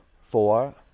four